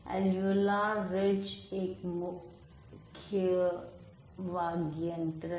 alveolar ridge एक मुख्य वाग्यंत्र है